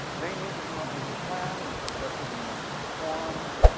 they need to come up with a plan, we discuss it in the forums,